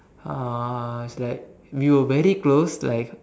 uh it's like we were very close like